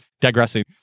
digressing